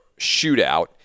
shootout